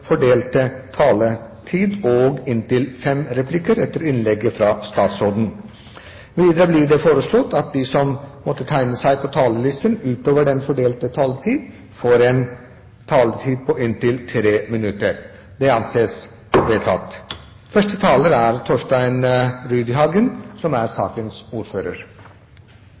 fordelte taletid. Videre blir det foreslått at de som måtte tegne seg på talerlisten utover den fordelte taletid, får en taletid på inntil 3 minutter. – Det anses vedtatt. Forslaget vi har til behandling nå, dreier seg om å sette ned et utvalg som